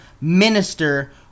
minister